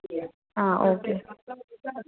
ആ ഓക്കെ